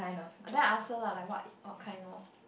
then I ask her lah like what what kind lor